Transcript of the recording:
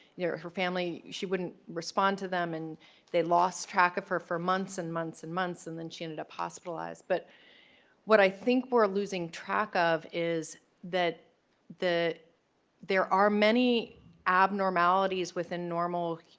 there her family she wouldn't respond to them and they lost track of her for months and months and months and then she ended up hospitalized. but what i think we're losing track of is that the there are many abnormalities within normal.